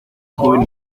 joven